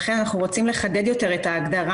לכן אנחנו רוצים לחדד יותר את ההגדרה.